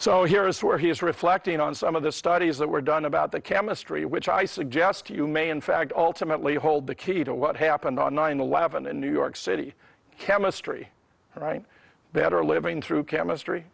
so here is where he is reflecting on some of the studies that were done about the chemistry which i suggest you may in fact alternately hold the key to what happened on nine eleven in new york city chemistry right better living through chemistry